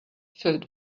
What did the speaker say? filled